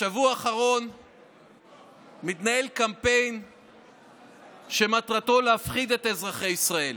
בשבוע האחרון מתנהל קמפיין שמטרתו להפחיד את אזרחי ישראל